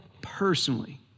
personally